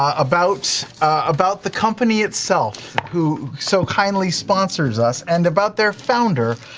ah about about the company itself who so kindly sponsors us and about their founder,